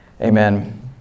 Amen